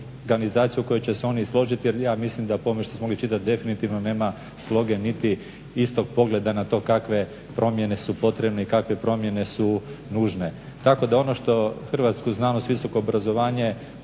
organizacija u kojoj će se oni i složiti, jer ja mislim da po ovome što smo mogli čitati definitivno nema sloge, niti istog pogleda na to kakve promjene su potrebne i kakve promjene su nužne. Tako da ono što hrvatsku znanost, visoko obrazovanje